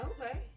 Okay